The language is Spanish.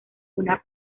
una